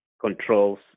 controls